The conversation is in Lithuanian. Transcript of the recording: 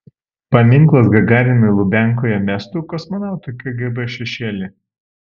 paminklas gagarinui lubiankoje mestų kosmonautui kgb šešėlį